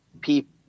people